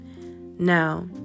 Now